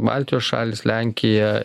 baltijos šalys lenkija